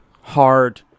hard